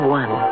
one